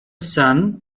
sun